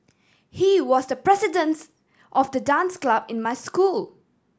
he was the presidents of the dance club in my school